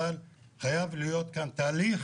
אבל חייב להיות כאן תהליך,